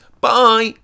Bye